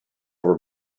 over